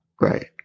Right